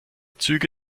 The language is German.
züge